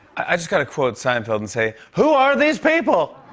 i just got to quote seinfeld and say, who are these people!